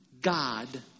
God